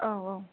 औ औ